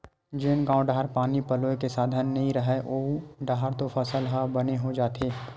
जेन गाँव डाहर पानी पलोए के साधन नइय रहय ओऊ डाहर तो फसल ह बने हो जाथे